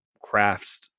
crafts